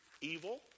evil